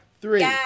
Three